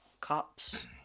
cops